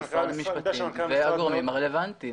עם משרד המשפטים ועם הגורמים הרלוונטיים.